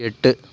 எட்டு